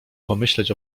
pomyśleć